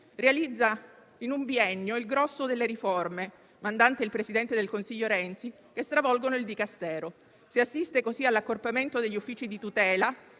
realizza in un biennio il grosso delle riforme, mandante il presidente del Consiglio Renzi, che stravolgono il dicastero. Si assiste così all'accorpamento degli uffici di tutela,